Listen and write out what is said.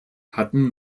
hatten